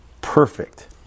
Perfect